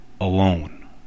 alone